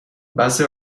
بعضی